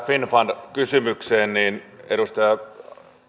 finnfund kysymykseen niin edustaja